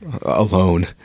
Alone